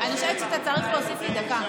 אני חושבת שאתה צריך להוסיף לי דקה.